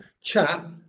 chat